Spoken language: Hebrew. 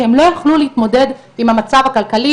כי הם לא יכלו להתמודד עם המצב הכלכלי